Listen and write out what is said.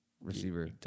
receiver